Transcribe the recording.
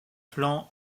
plan